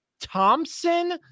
Thompson